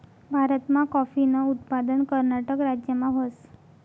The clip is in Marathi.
भारतमा काॅफीनं उत्पादन कर्नाटक राज्यमा व्हस